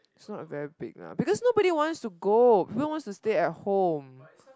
its not very big lah because nobody wants to go people wants to stay at home